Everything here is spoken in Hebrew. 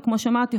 וכמו שאמרתי,